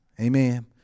Amen